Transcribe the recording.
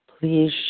Please